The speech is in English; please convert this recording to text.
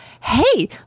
Hey